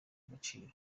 agaciro